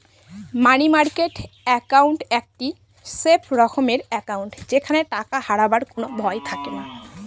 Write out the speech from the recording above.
মানি market account একটি safe রকমের account যেখানে টাকা হারাবার কোনো ভয় থাকেনা